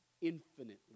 infinitely